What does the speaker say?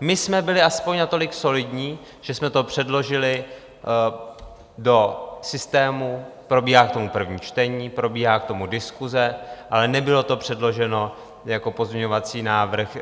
My jsme byli aspoň natolik solidní, že jsme to předložili do systému, probíhá k tomu první čtení, probíhá k tomu diskuse, ale nebylo to předloženo jako pozměňovací návrh